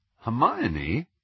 Hermione